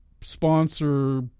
sponsor